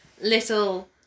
little